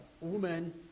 woman